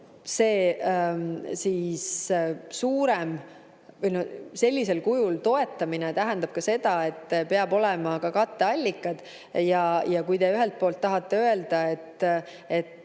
see suurem sellisel kujul toetamine tähendab seda, et peavad olema ka katteallikad. Ja kui te ühelt poolt tahate öelda, et